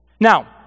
Now